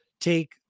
take